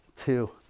two